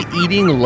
eating